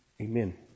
Amen